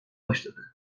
başladı